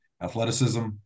athleticism